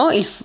il